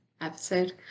episode